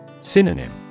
Synonym